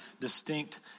distinct